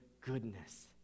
goodness